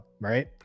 right